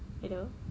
hello